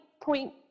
point